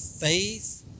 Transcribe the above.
Faith